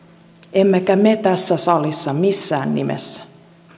emmekä me tässä salissa missään nimessä